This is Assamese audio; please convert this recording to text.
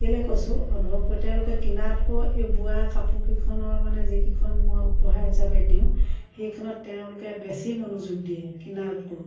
কেলেই কৈছোঁ অনুভৱ কৰি তেওঁলোকে কিনাতকৈ এই বোৱা কাপোৰ কেইখনৰ মানে যিকেইখন মই উপহাৰ হিচাপে দিওঁ সেইকেইখনত তেওঁলোকে বেছি মনোযোগ দিয়ে কিনাতকৈ